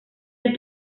del